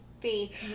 faith